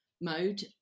mode